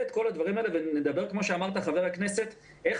את כל הדברים האלה ונדבר כמו שאמרת חבר הכנסת: איך